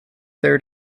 there